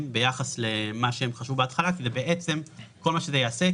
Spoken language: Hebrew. ביחס למה שהם חשבו בהתחלה כי כל מה שזה יעשה,